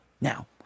Now